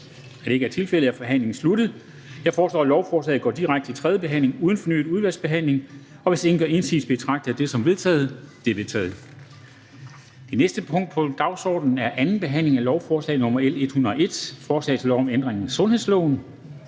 Da det ikke er tilfældet, er forhandlingen slut. Jeg foreslår, at lovforslaget går direkte til tredjebehandling uden fornyet udvalgsbehandling. Hvis ingen gør indsigelse, betragter jeg det som vedtaget. Det er vedtaget. --- Det næste punkt på dagsordenen er: 9) 2. behandling af lovforslag nr. L 130: Forslag til lov om ændring af lov